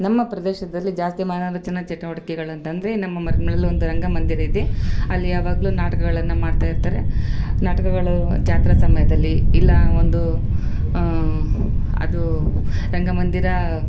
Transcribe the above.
ನಮ್ಮ ಪ್ರದೇಶದಲ್ಲಿ ಜಾಸ್ತಿ ಮನರಚನ ಚಟುವಟಿಕೆಗಳು ಅಂತಂದರೆ ನಮ್ಮ ಮರಮ್ನಳ್ಳಿ ಒಂದು ರಂಗ ಮಂದಿರಯಿದೆ ಅಲ್ಲಿ ಯಾವಾಗ್ಲು ನಾಟಕಗಳನ್ನ ಮಾಡ್ತಾಯಿರ್ತಾರೆ ನಾಟಕಗಳೂ ಜಾತ್ರಾ ಸಮಯದಲ್ಲಿ ಇಲ್ಲ ಒಂದು ಅದೂ ರಂಗ ಮಂದಿರಾ